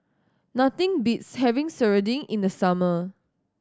nothing beats having serunding in the summer